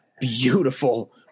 beautiful